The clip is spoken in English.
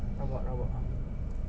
rabak rabak